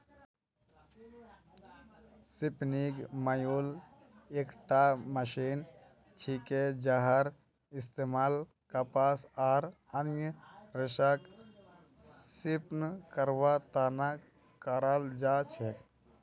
spinning mule एकटा machine छिके जहार इस्तमाल कपास आर अन्य रेशक स्पिन करवार त न कराल जा छेक